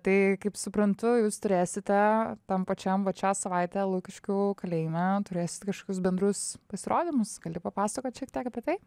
tai kaip suprantu jūs turėsite tam pačiam vat šią savaitę lukiškių kalėjime turėsit kažkokius bendrus pasirodymus gali papasakot šiek tiek apie tai